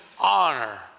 honor